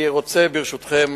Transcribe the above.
ברשותכם,